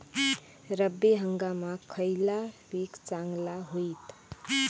रब्बी हंगामाक खयला पीक चांगला होईत?